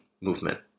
movement